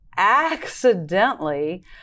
accidentally